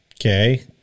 Okay